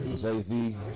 Jay-Z